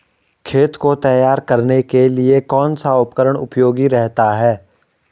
खेत को तैयार करने के लिए कौन सा उपकरण उपयोगी रहता है?